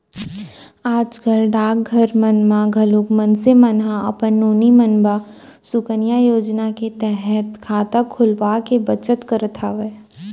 आज कल डाकघर मन म घलोक मनसे मन ह अपन नोनी मन बर सुकन्या योजना के तहत खाता खोलवाके बचत करत हवय